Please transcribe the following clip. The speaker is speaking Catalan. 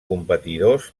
competidors